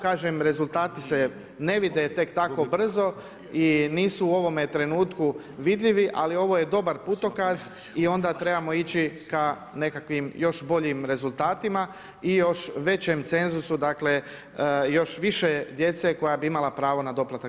Kažem, rezultati se ne vide tek tako brzo i nisu u ovome trenutku vidljivi, ali ovo je dobar putokaz i onda trebamo ići ka nekakvim još boljim rezultatima i još većem cenzusu, dakle još više djece koja bi imala pravo na doplatak za djecu.